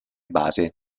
base